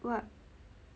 what